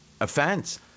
offense